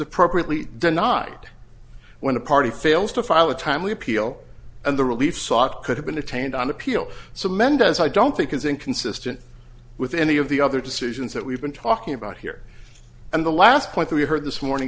appropriately denied when a party fails to file a timely appeal and the relief sought could have been attained on appeal so mendez i don't think is inconsistent with any of the other decisions that we've been talking about here and the last point that we heard this morning